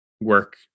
work